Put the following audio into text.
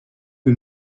que